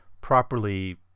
properly